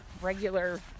regular